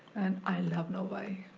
and i love novi.